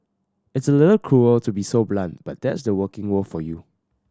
it's a little cruel to be so blunt but that's the working world for you